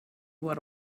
what